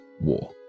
war